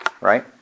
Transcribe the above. right